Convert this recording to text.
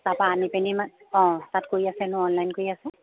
তাৰাপৰা আনি পেনি মানে অঁ তাত কৰি আছে ন অনলাইন কৰি আছে